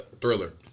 Thriller